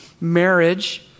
marriage